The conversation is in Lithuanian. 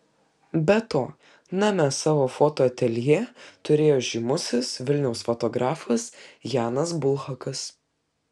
be to name savo fotoateljė turėjo žymusis vilniaus fotografas janas bulhakas